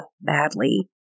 badly